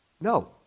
no